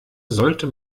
sollte